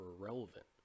irrelevant